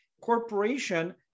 Corporation